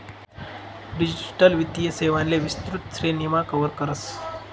digital वित्तीय सेवांले विस्तृत श्रेणीमा कव्हर करस